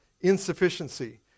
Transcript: insufficiency